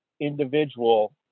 individual